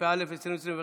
התשפ"א 2021,